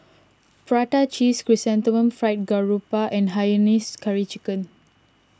Prata Cheese Chrysanthemum Fried Garoupa and Hainanese Curry Chicken